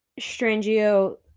Strangio